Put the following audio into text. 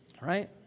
Right